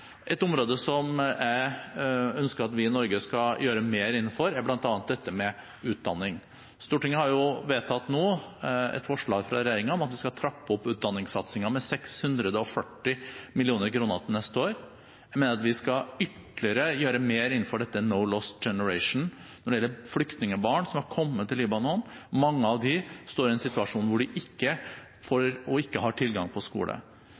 Et område som jeg ønsker at vi i Norge skal gjøre mer innenfor, er bl.a. dette med utdanning. Stortinget har nå vedtatt et forslag fra regjeringen om at vi skal trappe opp utdanningssatsingen med 640 mill. kr til neste år. Vi mener at vi i ytterligere grad skal gjøre mer innenfor programmet «No Lost Generation» for flyktningbarn som har kommet til Libanon. Mange av dem står i en situasjon hvor de ikke har tilgang på skole.